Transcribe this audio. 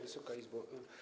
Wysoka Izbo!